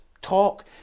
talk